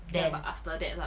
then after that lah